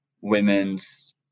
women's